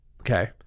okay